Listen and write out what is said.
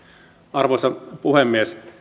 arvoisa puhemies